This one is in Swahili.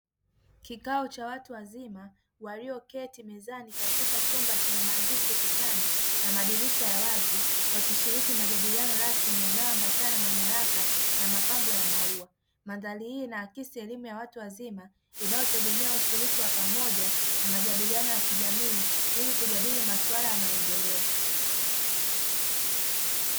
Kikao cha watu wazima walioketi mezani katika chumba chenye maandishi ukutani, na madirisha ya wazi. Wakishiri majadiliano rasmi yanayoambatana na nyaraka na mapambo ya maua. Mandhari hii inaakisi elimu ya watu wazima inayotegemea ushiriki wa pamoja na majadiliano ya kijamii, ili kujadili maswala ya maendeleo.